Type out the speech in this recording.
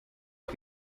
auf